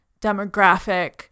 demographic